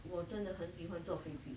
我真的很喜欢坐飞机